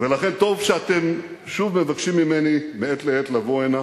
ולכן טוב שאתם שוב מבקשים ממני מעת לעת לבוא הנה